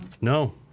No